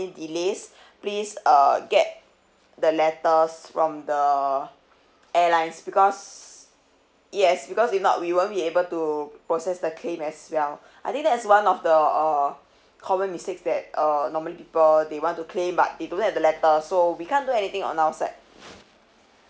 delays please err get the letters from the airlines because yes because if not we won't be able to process the claim as well I think that's one of the uh common mistakes that uh normally people they want to claim but they don't have the letter so we can't do anything on our side